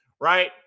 Right